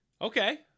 Okay